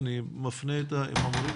כי יש איזה שהיא תחושה,